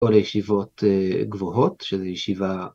‫או לישיבות גבוהות, ‫שזה ישיבה...